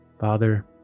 Father